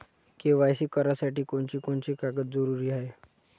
KYC करासाठी कोनची कोनची कागद जरुरी हाय?